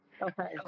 Okay